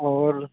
और